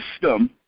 system